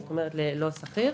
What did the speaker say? כלומר למי שהוא לא שכיר,